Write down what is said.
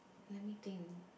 let me think